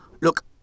Look